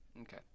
Okay